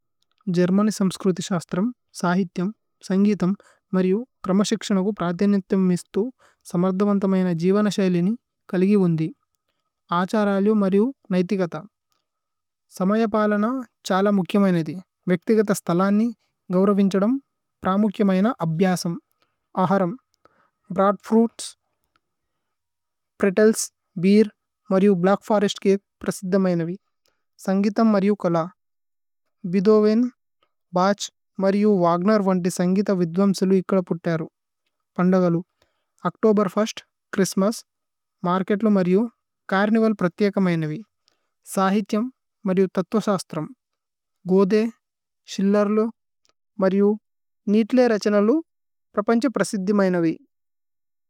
Germany സമ്സ്ക്രുതി ശസ്ത്രമ് സഹിത്യമ്। സന്ഗീതമ് മര്യു ക്രമ ശിക്ശിനകു। പ്രധേന്യന്ത്യമ് മിസ്ഥു സമര്ധമന്। തമയന ജീവനശയലിനി കലിഗിവുന്ദി। അഛരയലു മര്യു നൈതികത സമയപലന। ഛല മുക്യമയന ദി വേക്തികത സ്തലനി। ഗൌരവിന്ഛദമ് പ്രമുക്യമയന അഭ്യസമ്। അഹരമ് ഭ്രോഅദ്ഫ്രുഇത്സ് പ്രേത്ത്ലേസ്। ബീര് മര്യു ബ്ലച്ക് ഫോരേസ്ത് ചകേ പ്രസിധ। മയനവി സന്ഗീതമ് മര്യു കല ഭിദോവേന്। ഭഛ് മര്യു വഗ്നേര് വന്തി സന്ഗീത വിദ്വമ്സലു। ഇക്കല പുത്തരു പന്ദഗലു ഓച്തോബേര് ഛ്ഹ്രിസ്ത്മസ്। മര്കേത്ലു മര്യു ചര്നിവല് പ്രത്യകമയനവി। സഹിത്യമ് മര്യു തത്ത്വശസ്ത്രമ് ഗോധേ ശില്ലര്ലു। മര്യു നീത്ലേ രഛനലു പ്രപന്ഛ പ്രസിധിമയനവി।